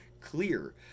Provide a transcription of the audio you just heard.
clear